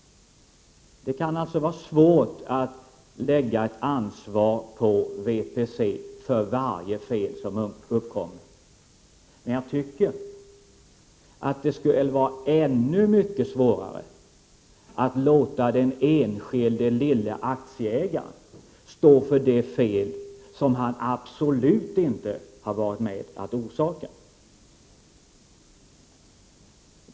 Det kan alltså vara svårt att lägga ett ansvar på VPC för varje fel som uppkommer. Men jag tycker att det skulle vara ännu mycket svårare att låta den enskilde lille aktieägaren stå för de fel som han absolut inte har varit med om att orsaka.